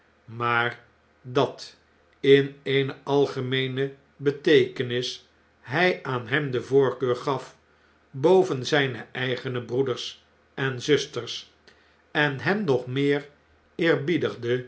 maar dat in eene algemeene beteekenis hij aan hem de voorkeur gaf boven zjjne eigene broeders en zusters en hem nog meer